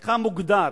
ותפקידך מוגדר,